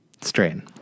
Strain